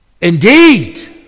indeed